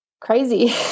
crazy